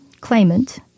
claimant